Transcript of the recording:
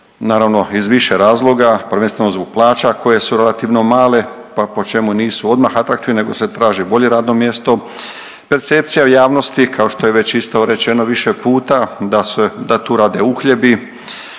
naravno iz više razloga. Prvenstveno zbog plaća koje su relativno male, pa čemu nisu odmah atraktivne nego se traži bolje radno mjesto. Percepcija u javnosti kao što je već isto rečeno više puta da se, da tu rade uhljebi,